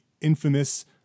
infamous